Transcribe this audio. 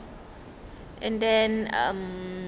and then um